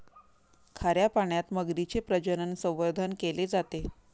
खाऱ्या पाण्यात मगरीचे प्रजनन, संवर्धन केले जाते